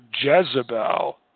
Jezebel